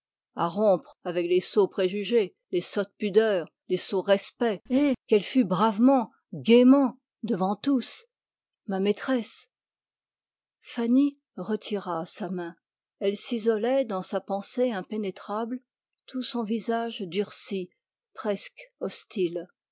à rompre avec les sots préjugés les sottes pudeurs les sots respects et qu'elle fût bravement gaiement devant tous ma maîtresse fanny retira sa main elle s'isolait dans sa pensée impénétrable tout son visage durci presque hostile